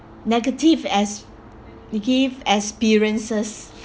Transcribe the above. negative ex~ experiences